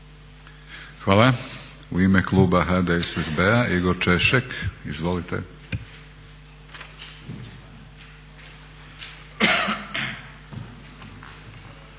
Hvala. U ime kluba HDSSB-a Igor Češek, izvolite.